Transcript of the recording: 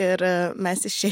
ir mes išei